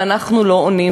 ואנחנו לא עונים,